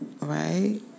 right